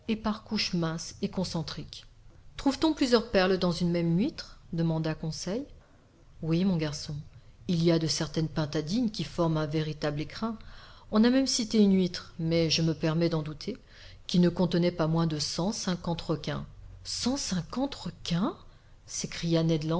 et concentriques trouve-t-on plusieurs perles dans une même huître demanda conseil oui mon garçon il y a de certaines pintadines qui forment un véritable écrin on a même cité une huître mais je me permets d'en douter qui ne contenait pas moins de cent cinquante requins cent cinquante requins s'écria